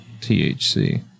THC